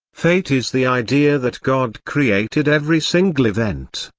fate is the idea that god created every single event,